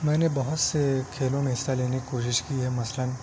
میں نے بہت سے کھیلوں میں حصہ لینے کی کوشش کی ہے مثلاً